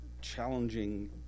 challenging